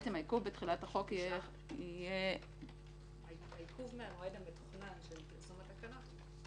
העיכוב בתחילת החוק יהיה --- העיכוב מהמועד המתוכנן של פרסום התקנות.